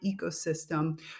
ecosystem